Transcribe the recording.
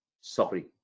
Sorry